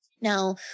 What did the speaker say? now